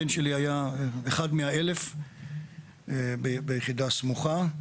הבן שלי היה אחד מה-1,000 ביחידה סמוכה.